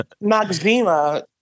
Maxima